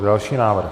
Další návrh.